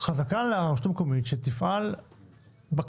חזקה על הרשות המקומית שתפעל בכספים